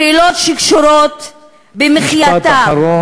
שאלות שקשורות במחייתם, משפט אחרון.